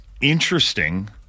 interesting